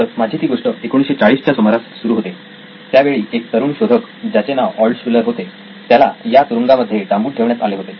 तर माझी ती गोष्ट 1940 च्या सुमारास सुरु होते त्यावेळी एक तरुण शोधक ज्याचे नाव ऑल्टशुलर होते त्याला या तुरुंगामध्ये डांबून ठेवण्यात आले होते